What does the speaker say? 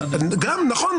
נכון.